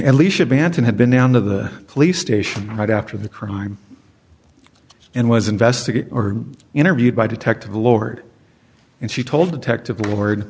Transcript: at least should banton have been down to the police station right after the crime and was investigate interviewed by detectives lord and she told detective